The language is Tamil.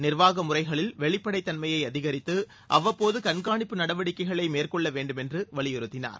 நிர்வாக முறைகளில் வெளிப்படைத்தன்மயை அதிகரித்து அவ்வப்போது கண்காணிப்பு நடவடிக்கைகளை மேற்கொள்ள வேண்டும் என்று வலியுறுத்தினர்